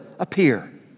appear